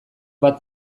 bat